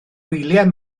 wyliau